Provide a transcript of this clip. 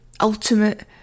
ultimate